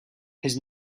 his